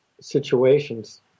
situations